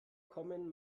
kommen